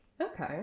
Okay